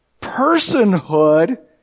personhood